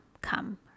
come